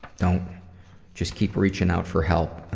don't just keep reaching out for help.